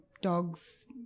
dogs